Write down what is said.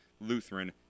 Lutheran